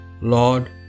Lord